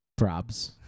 Probs